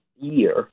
year